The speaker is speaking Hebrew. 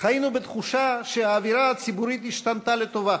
חיינו בתחושה שהאווירה הציבורית השתנתה לטובה